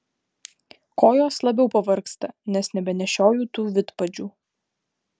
kojos labiau pavargsta nes nebenešioju tų vidpadžių